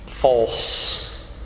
False